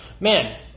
man